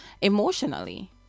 emotionally